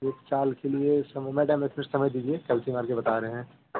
एक साल के लिए मैडम एक मिनट थोड़ा समय दीजिए कैलकुट करके बता रहे हैं